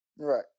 Right